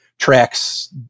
tracks